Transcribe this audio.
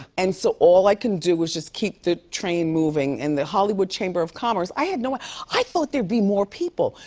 and so all i can do is just keep the train moving. and the hollywood chamber of commerce, i had no i thought there'd be more people.